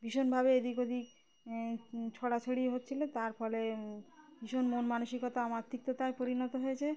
ভীষণভাবে এদিক ওদিক ছড়াছড়ি হচ্ছিল তার ফলে ভীষণ মন মানসিকতা আমার তিক্ততায় পরিণত হয়েছে